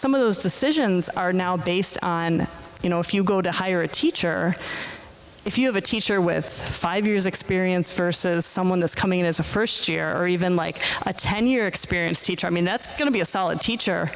some of those decisions are now based on you know if you go to hire a teacher if you have a teacher with five years experience versus someone that's coming in as a first year or even like a ten year experienced teacher i mean that's going to be a solid teacher